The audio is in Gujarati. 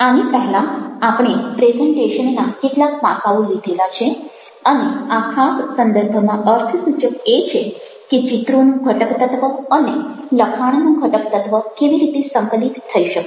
આની પહેલાં આપણે પ્રેઝન્ટેશનના કેટલાક પાસાઓ લીધેલા છે અને આ ખાસ સંદર્ભમાં અર્થસૂચક એ છે કે ચિત્રોનું ઘટક તત્વ અને લખાણનું ઘટક તત્વ કેવી રીતે સંકલિત થઇ શકે